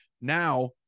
Now